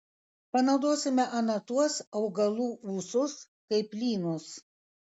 panaudosime ana tuos augalų ūsus kaip lynus